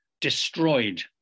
destroyed